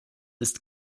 ist